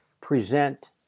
present